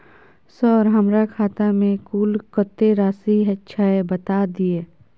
Sir हमरा खाता में कुल कत्ते राशि छै बता दिय?